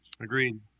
Agreed